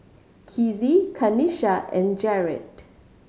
Kizzie Kanisha and Jered